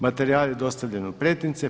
Materijal je dostavljen u pretince.